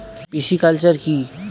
Pisciculture কি?